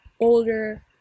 older